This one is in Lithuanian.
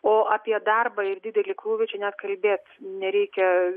o apie darbą ir didelį krūvį čia net kalbėt nereikia